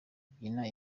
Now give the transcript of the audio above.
babyina